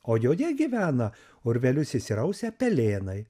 o joje gyvena urvelius įsirausę pelėnai